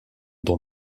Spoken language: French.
dans